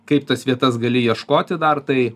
kaip tas vietas gali ieškoti dar tai